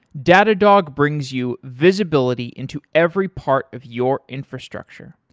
datadog brings you visibility into every part of your infrastructure,